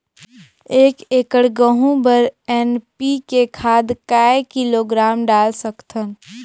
एक एकड़ गहूं बर एन.पी.के खाद काय किलोग्राम डाल सकथन?